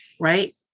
Right